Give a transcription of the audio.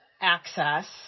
access